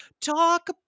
Talk